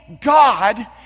God